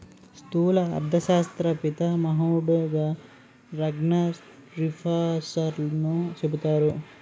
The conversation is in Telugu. స్థూల అర్థశాస్త్ర పితామహుడుగా రగ్నార్ఫిషర్ను చెబుతారు